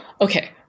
okay